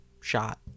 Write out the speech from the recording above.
shot